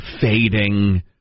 fading